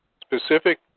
specific